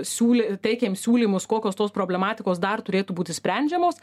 siūlė teikėm siūlymus kokios tos problematikos dar turėtų būti sprendžiamos